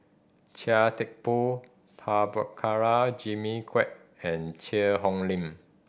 Chia Thye Poh Prabhakara Jimmy Quek and Cheang Hong Lim